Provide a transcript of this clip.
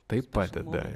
tai padeda